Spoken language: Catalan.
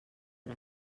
per